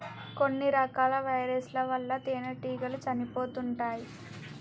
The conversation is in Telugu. కొన్ని రకాల వైరస్ ల వల్ల తేనెటీగలు చనిపోతుంటాయ్